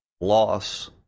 loss